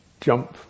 jump